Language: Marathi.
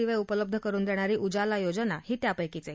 दिवे उपलब्ध करून देणारी उजाला योजना ही त्यापैकीच एक